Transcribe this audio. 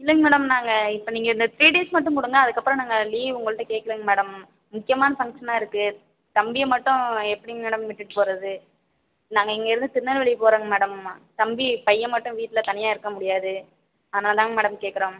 இல்லைங்க மேடம் நாங்கள் இப்போ நீங்கள் இந்த த்ரீ டேஸ் மட்டும் கொடுங்க அதுக்கப்பறம் நாங்கள் லீவ் உங்கள்கிட்ட கேட்கலைங்க மேடம் முக்கியமான ஃபங்க்ஷனாக இருக்கு தம்பியை மட்டும் எப்படிங்க மேடம் விட்டுவிட்டு போகறது நாங்கள் இங்கேருந்து திருநெல்வேலிக்கு போகறோங்க மேடம் தம்பி பையன் மட்டும் வீட்ல தனியாக இருக்க முடியாது அதனால தாங்க மேடம் கேட்குறோம்